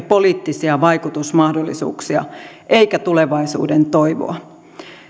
poliittisia vaikutusmahdollisuuksia eikä tulevaisuuden toivoa